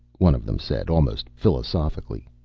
one of them said almost philosophically.